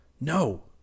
No